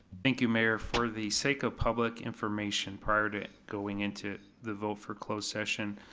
thank you mayor, for the sake of public information prior to going into the vote for closed session,